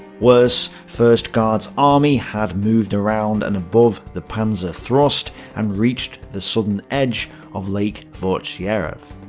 worse, first guards army had moved around and above the panzer thrust, and reached the southern edge of lake vortsjarv.